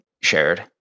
shared